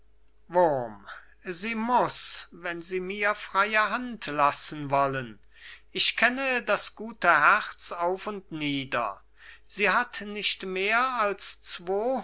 sie muß wenn sie mir freie hand lassen wollen ich kenne das gute herz auf und nieder sie hat nicht mehr als zwo